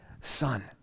son